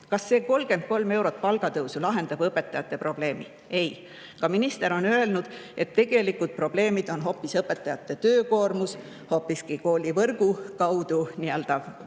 Kas see 33 eurot palgatõusu lahendab õpetajate probleemi? Ei! Ka minister on öelnud, et tegelik probleem on hoopis õpetajate töökoormus. Koolivõrgu kaudu tuleb